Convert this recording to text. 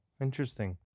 Interesting